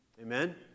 Amen